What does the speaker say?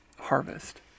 harvest